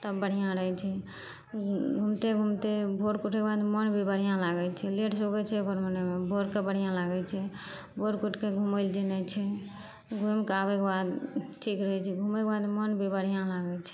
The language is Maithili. तब बढ़िआँ रहै छै घुमिते घुमिते भोरके उठैके बाद मोन भी बढ़िआँ लागै छै लेटसे उठै छिए भोरके बढ़िआँ लागै छै भोरके उठिके घुमैलए जेनाइ छै घुमिके आबैके बाद ठीक रहै छै घुमैके बाद मोन भी बढ़िआँ लागै छै